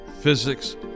physics